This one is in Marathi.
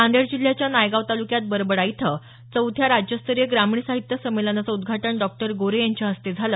नांदेड जिल्ह्याच्या नायगाव तालुक्यात बरबडा इथं चौथ्या राज्यस्तरीय ग्रामीण साहित्य संमेलनाचं उद्दघाटन डॉ गोरे यांच्या हस्ते झालं